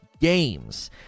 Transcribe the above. games